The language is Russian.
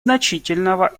значительного